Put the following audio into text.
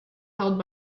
held